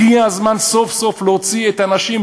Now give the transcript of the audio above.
הגיע הזמן סוף-סוף להוציא את האנשים,